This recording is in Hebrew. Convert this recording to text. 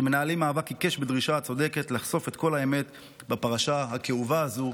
שמנהלים מאבק עיקש בדרישה הצודקת לחשוף את כל האמת בפרשה הכאובה הזו.